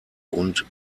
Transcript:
und